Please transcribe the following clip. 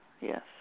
Yes